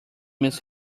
must